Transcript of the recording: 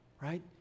right